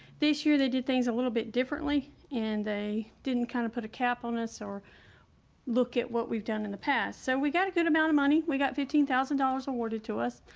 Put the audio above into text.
this year. they did things a little bit deeper. differently, and they didn't kind of put a cap on us or look at what we've done in the past. so we got a good amount of money, we got fifteen thousand dollars awarded to us.